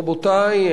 רבותי,